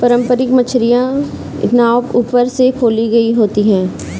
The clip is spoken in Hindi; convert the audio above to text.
पारम्परिक मछियारी नाव ऊपर से खुली हुई होती हैं